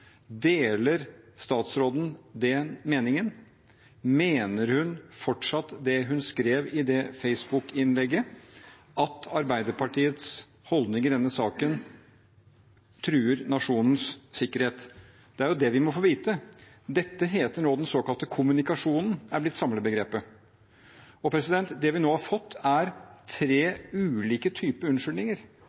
Deler statsråden den meningen? Mener hun fortsatt det hun skrev i det Facebook-innlegget, at Arbeiderpartiets holdning i denne saken truer nasjonens sikkerhet? Det er det vi må få vite. Dette heter nå den såkalte kommunikasjonen – det er blitt samlebegrepet. Det vi nå har fått, er tre ulike typer unnskyldninger: